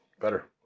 Better